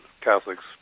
Catholics